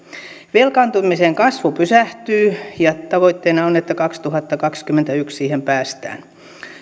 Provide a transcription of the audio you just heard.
velkaantumisen kasvu pysähtyy ja tavoitteena on että kaksituhattakaksikymmentäyksi siihen päästään